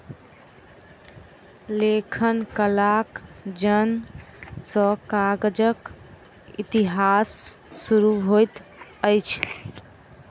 लेखन कलाक जनम सॅ कागजक इतिहास शुरू होइत अछि